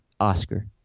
Oscar